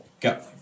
Go